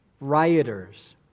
rioters